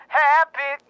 happy